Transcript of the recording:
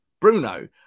Bruno